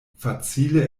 facile